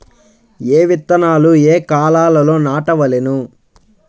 ఏ విత్తనాలు ఏ కాలాలలో నాటవలెను?